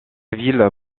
ville